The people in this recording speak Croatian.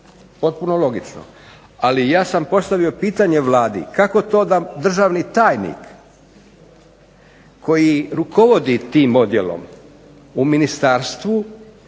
Potpuno logično. Ali ja sam postavio pitanje Vladi kako to da državni tajnik, koji rukovodi tim odjelom u ministarstvu